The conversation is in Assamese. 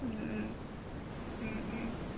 ও ও ও